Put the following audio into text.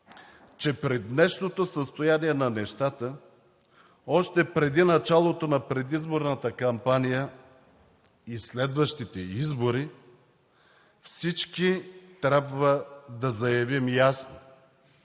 че при днешното състояние на нещата, още преди началото на предизборната кампания и следващите избори, всички трябва да заявим ясно: